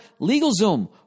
LegalZoom